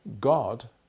God